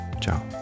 Ciao